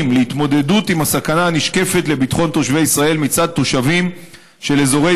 להתמודדות עם הסכנה הנשקפת לביטחון תושבי ישראל מצד תושבים של אזורי